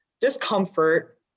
discomfort